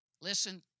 Listen